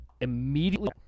immediately